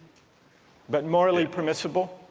but morally permissible?